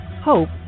Hope